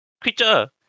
creature